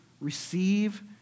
receive